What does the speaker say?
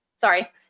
sorry